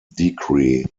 decree